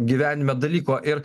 gyvenime dalyko ir